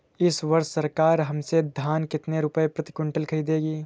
इस वर्ष सरकार हमसे धान कितने रुपए प्रति क्विंटल खरीदेगी?